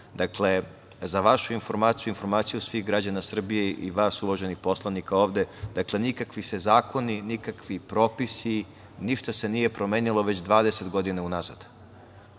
za vašu informaciju i informaciju svih građana Srbije i vas uvaženih poslanika ovde, nikakvi se zakoni, nikakvi propisi, ništa se nije promenilo već 20 godina unazad.